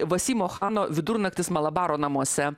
vasimo chano vidurnaktis malabaro namuose